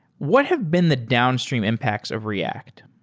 what have been the downstream impacts of react?